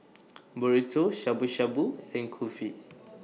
Burrito Shabu Shabu and Kulfi